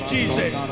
Jesus